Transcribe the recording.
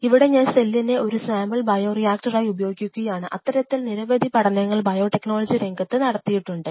ഇവിടെ ഞാൻ സെല്ലിനെ ഒരു സാമ്പിൾ ബയോറിയാക്ടറായി ഉപയോഗിക്കുകയാണ് അത്തരത്തിൽ നിരവധി പഠനങ്ങൾ ബയോടെക്നോളജി രംഗത്ത് നടത്തിയിട്ടുണ്ട്